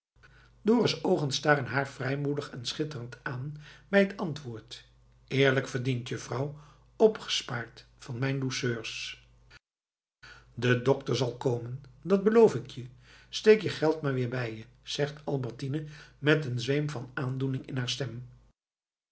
dorus oogen staren haar vrijmoedig en schitterend aan bij het antwoord eerlijk verdiend juffrouw opgespaard van mijn douceurs de dokter zal komen dat beloof ik je steek je geld maar weer bij je zegt albertine met een zweem van aandoening in haar stem